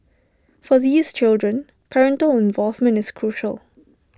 for these children parental involvement is crucial